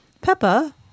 Peppa